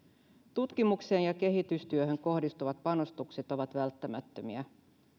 tutkimukseen ja kehitystyöhön kohdistuvat panostukset ovat välttämättömiä